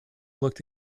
looked